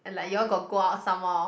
like you all got go out some more